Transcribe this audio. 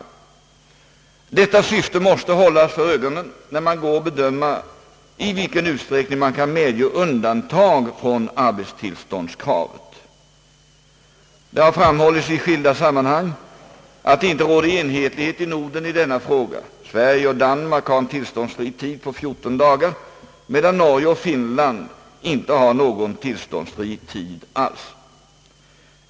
Detta syfte måste hållas för ögonen när man går att bedöma i vilken utsträckning undantag kan medges från arbetstillståndskravet. Ang. utlänningspolitiken, m.m. Det har framhållits i skilda sammanhang att det inte råder enhetlighet i Norden i denna fråga. Sverige och Danmark har en tillståndsfri tid på 14 dagar, medan Norge och Finland inte har någon tillståndsfri tid alls.